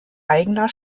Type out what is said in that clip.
eigener